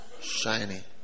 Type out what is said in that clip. Shiny